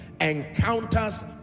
encounters